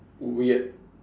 weird